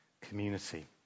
community